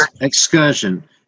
excursion